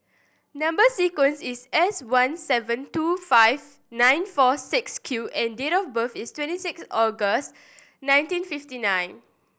number sequence is S one seven two five nine four six Q and date of birth is twenty six August nineteen fifty nine